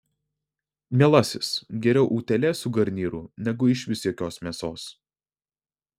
mielasis geriau utėlė su garnyru negu išvis jokios mėsos